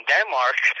Denmark